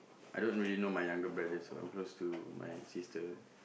I don't really know my younger brother so I'm close to my sister